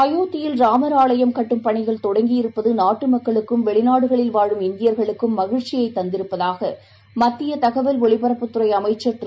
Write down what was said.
அயோத்தியில் ராமர் ஆலயம் கட்டும் பணிகள் தொடங்கியிருப்பதுநாட்டுமக்களுக்கும் வெளிநாடுகளில் வாழும் இந்தியர்களுக்கும் மகிழ்ச்சியைத் தந்திருப்பதாகமத்தியதகவல் ஒலிபரப்புத் துறைஅமைச்சர் திரு